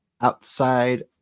outside